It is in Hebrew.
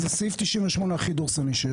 זה סעיף 98 הכי דורסני שיש,